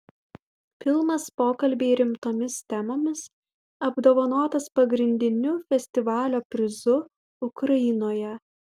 filmas pokalbiai rimtomis temomis apdovanotas pagrindiniu festivalio prizu ukrainoje